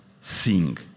sing